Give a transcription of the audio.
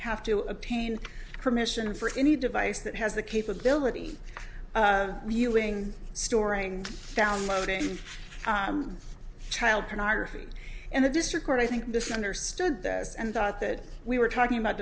have to obtain permission for any device that has the capability reviewing storing downloading time child pornography and the district court i think this is understood that and thought that we were talking about